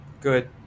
good